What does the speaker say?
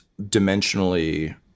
dimensionally